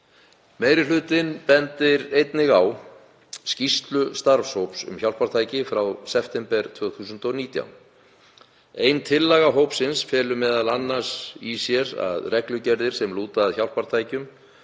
Meiri hlutinn bendir einnig á skýrslu starfshóps um hjálpartæki frá september 2019. Ein tillagna hópsins felur m.a. í sér að reglugerðir sem lúta að hjálpartækjum